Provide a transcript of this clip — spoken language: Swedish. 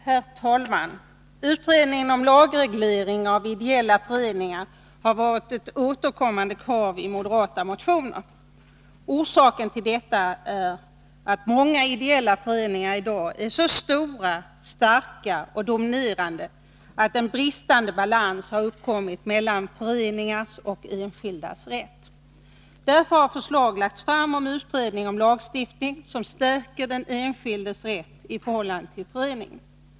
Herr talman! Utredning om lagreglering av ideella föreningar har varit ett återkommande krav i moderata motioner. Orsaken till detta är att många ideella föreningar i dag är så stora, starka och dominerande att en bristande balans har uppkommit mellan föreningars och enskildas rätt. Därför har förslag lagts fram om utredning av lagstiftning som stärker den enskildes rätt i förhållande till föreningen.